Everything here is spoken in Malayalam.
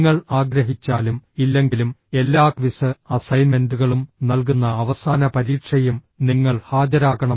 നിങ്ങൾ ആഗ്രഹിച്ചാലും ഇല്ലെങ്കിലും എല്ലാ ക്വിസ് അസൈൻമെന്റുകളും നൽകുന്ന അവസാന പരീക്ഷയും നിങ്ങൾ ഹാജരാകണം